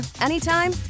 anytime